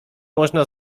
można